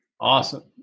Awesome